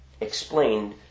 explained